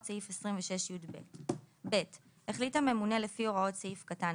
סעיף 26יב. החליט הממונה לפי הוראות סעיף קטן